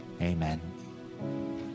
Amen